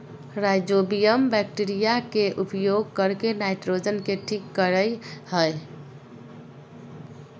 rhizobium bacteria के उपयोग करके नाइट्रोजन के ठीक करेय हइ